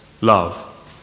love